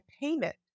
payment